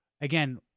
Again